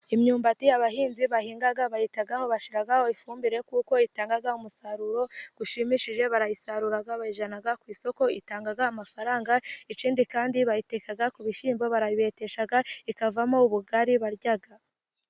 Imyumbati abahinzi bahinga bayitaho bashyiraho ifumbire, kuko itanga umusaruro ushimishije. Barayisarura, bayijyana ku isoko, itanga amafaranga. Ikindi kandi bayiteka ku bishyimbo, barayibetesha ikavamo ubugari barya.